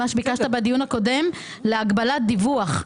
שביקשת בדיון הקודם להגבלת דיווח.